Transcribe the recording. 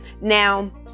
now